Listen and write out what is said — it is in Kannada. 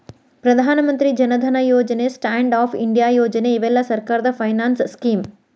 ಪ್ರಧಾನ ಮಂತ್ರಿ ಜನ್ ಧನ್ ಯೋಜನೆ ಸ್ಟ್ಯಾಂಡ್ ಅಪ್ ಇಂಡಿಯಾ ಯೋಜನೆ ಇವೆಲ್ಲ ಸರ್ಕಾರದ ಫೈನಾನ್ಸ್ ಸ್ಕೇಮ್